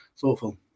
thoughtful